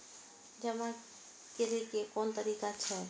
जमा करै के कोन तरीका छै?